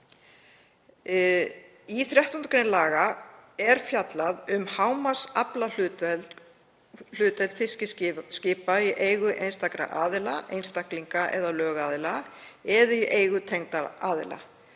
Í 13. gr. laga er fjallað um hámarksaflahlutdeild fiskiskipa í eigu einstakra aðila, einstaklinga eða lögaðila, eða í eigu tengdra aðila.